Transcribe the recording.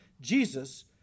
Jesus